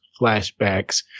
flashbacks